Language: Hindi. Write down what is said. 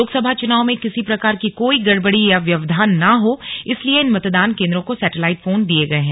लोकसभा चुनाव में किसी प्रकार की कोई गड़बड़ी या व्यवधान ना हो इसलिए इन मतदान केंद्रों को सैटेलाइट फोन दिये गये हैं